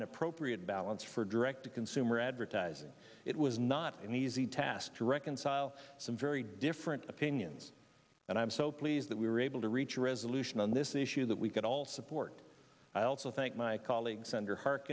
an appropriate balance for direct to consumer advertising it was not an easy task to reconcile some very different opinions and i am so pleased that we were able to reach a resolution on this issue that we could all support i also thank my colleagues senator hark